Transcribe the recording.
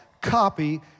copy